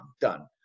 Done